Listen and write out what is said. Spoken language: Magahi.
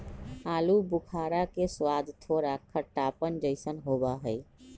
आलू बुखारा के स्वाद थोड़ा खट्टापन जयसन होबा हई